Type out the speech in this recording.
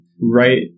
right